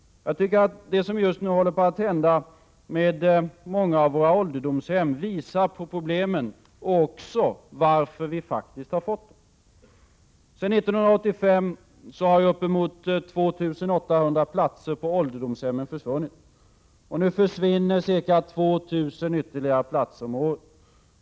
Jag tycker att det som just nu håller på att hända med många av våra ålderdomshem visar på problemen — och också varför vi fått dem. Sedan 1985 har uppemot 2 800 platser på ålderdomshemmen försvunnit. Nu försvinner ytterligare ca 2 000 platser om året.